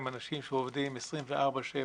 הם אנשים שעובדים 24/7,